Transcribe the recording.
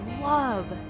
love